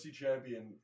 champion